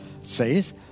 says